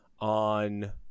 on